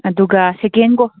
ꯑꯗꯨꯒ ꯁꯦꯀꯦꯟ